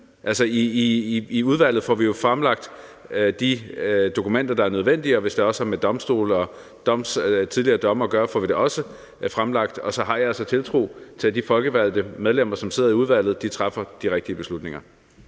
I udvalget får vi jo fremlagt de dokumenter, der er nødvendige, og hvis det også har med domstole og tidligere domme at gøre, får vi det også fremlagt. Og så har jeg altså tiltro til, at de folkevalgte medlemmer, som sidder i udvalget, træffer de rigtige beslutninger.